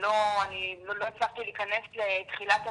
אני לא הצלחתי להיכנס לתחילת הדיון,